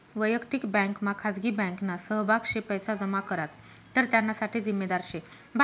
वयक्तिक बँकमा खाजगी बँकना सहभाग शे पैसा जमा करात तर त्याना साठे जिम्मेदार शे